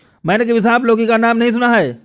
मैंने कभी सांप लौकी का नाम नहीं सुना है